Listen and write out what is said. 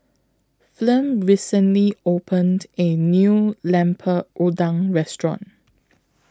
Flem recently opened A New Lemper Udang Restaurant